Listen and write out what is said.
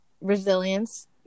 resilience